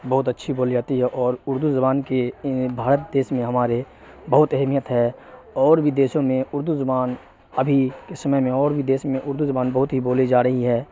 بہت اچھی بولی جاتی ہے اور اردو زبان کی بھارت دیش میں ہمارے بہت اہمیت ہے اور بھی دیشوں میں اردو زبان ابھی کے سمے میں اور بھی دیش میں اردو زبان بہت ہی بولی جا رہی ہے